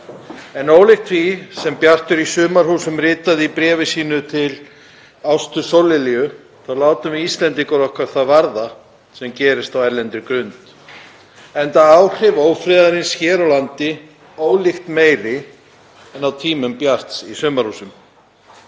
En ólíkt því sem Bjartur í Sumarhúsum ritaði í bréfi sínu til Ástu Sóllilju þá látum við Íslendingar okkur það varða sem gerist á erlendri grund enda eru áhrif ófriðarins hér á landi ólíkt meiri en á tímum Bjarts í Sumarhúsum.